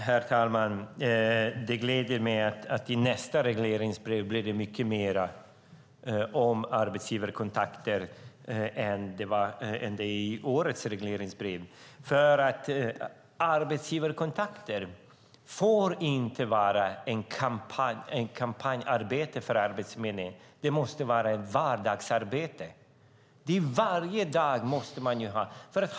Herr talman! Det gläder mig att det i nästa regleringsbrev blir mycket mer om arbetsgivarkontakter än i årets regleringsbrev. Arbetsgivarkontakter får nämligen inte vara ett kampanjarbete för Arbetsförmedlingen, utan det måste vara ett vardagsarbete. Det måste man ha varje dag.